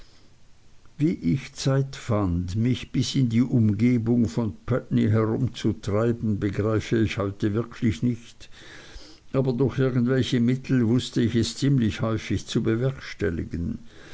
wie ich zeit fand mich bis in die umgebung von putney herumzutreiben begreife ich heute wirklich nicht aber durch irgendwelche mittel wußte ich es ziemlich häufig zu bewerkstelligen